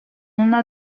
una